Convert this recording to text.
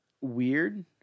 weird